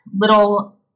little